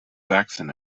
jackson